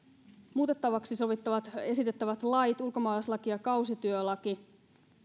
muutettavaksi esitettävät lait ovat ulkomaalaislaki ja kausityölaki